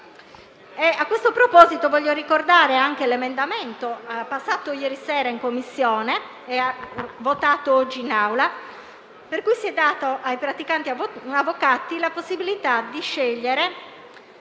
A questo proposito voglio ricordare anche l'emendamento, approvato ieri sera in Commissione e votato oggi in Aula, per cui si è data ai praticanti avvocati la possibilità di scegliere